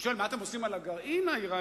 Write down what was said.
הוא שואל: מה אתם עושים עם הגרעין האירני?